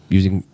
using